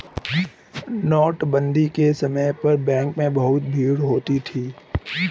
नोटबंदी के समय पर बैंकों में बहुत भीड़ होती थी